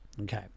okay